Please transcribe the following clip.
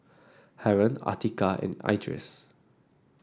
Haron Atiqah and Idris